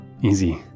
easy